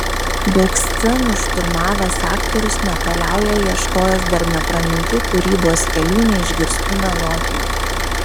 daug scenų šturmavęs aktorius nepaliauja ieškojęs dar nepramintų kūrybos kelių neišgirstų melodijų